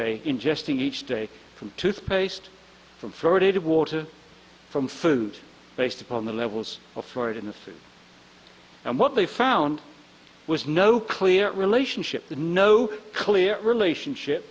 day ingesting each day from toothpaste for dated water from food based upon the levels of for it in the city and what they found was no clear relationship no clear relationship